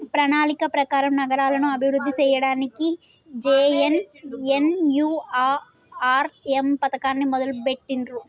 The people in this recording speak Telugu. ప్రణాళిక ప్రకారం నగరాలను అభివృద్ధి సేయ్యడానికి జే.ఎన్.ఎన్.యు.ఆర్.ఎమ్ పథకాన్ని మొదలుబెట్టిర్రు